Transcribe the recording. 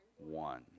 One